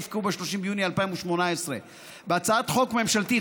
יפקעו ב-30 ביוני 2018. בהצעת החוק הממשלתית,